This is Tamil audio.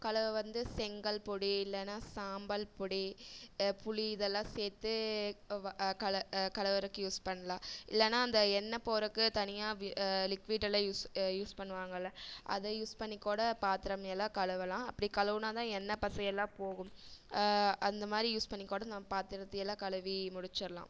கழுவ வந்து செங்கல் பொடி இல்லைனா சாம்பல் பொடி புளி இது எல்லாம் சேர்த்து கழுவறதுக்கு யூஸ் பண்ணலாம் இல்லைனா அந்த எண்ணய் போறதுக்கு தனியாக லிக்விடு எல்லாம் யூஸ் பண்ணுவாங்கள்லை அதை யூஸ் பண்ணி கூட பாத்திரம் எல்லாம் கழுவலாம் அப்படி கழுவினாதான் எண்ணய் பசை எல்லாம் போகும் அந்தமாதிரி யூஸ் பண்ணி கூட நம்ம பாத்திரத்தை எல்லாம் கழுவி முடித்திடலாம்